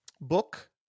book